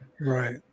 right